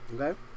Okay